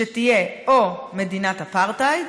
שתהיה או מדינת אפרטהייד